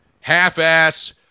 half-ass